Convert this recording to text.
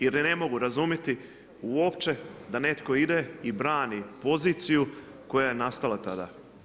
Jer ja ne mogu razumjeti uopće da netko ide i brani poziciju koja je nastala tada.